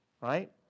Right